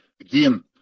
again